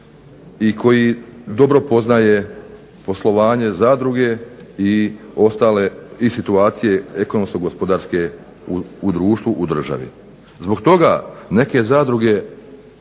i koji dobro poznaje poslovanje zadruge i ostale situacije ekonomsko-gospodarske u društvu, u državi. Zbog toga neke zadruge,